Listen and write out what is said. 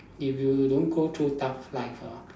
if you don't go through tough life ah